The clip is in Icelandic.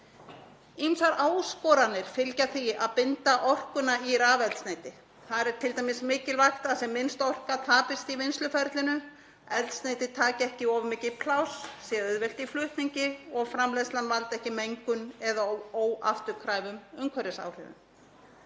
Ýmsar áskoranir fylgja því að binda orkuna í rafeldsneyti. Þar er t.d. mikilvægt að sem minnst orka tapist í vinnsluferlinu, eldsneyti taki ekki of mikið pláss, sé auðvelt í flutningi og framleiðslan valdi ekki mengun eða óafturkræfum umhverfisáhrifum.